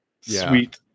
sweet